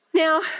Now